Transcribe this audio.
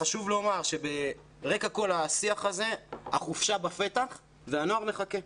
חשוב לומר שברקע כל השיח הזה החופשה בפתח והנוער מחכה.